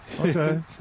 Okay